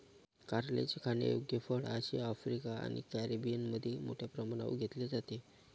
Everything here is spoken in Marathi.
कारल्याचे खाण्यायोग्य फळ आशिया, आफ्रिका आणि कॅरिबियनमध्ये मोठ्या प्रमाणावर घेतले जाते